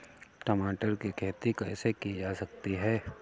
टमाटर की खेती कैसे की जा सकती है?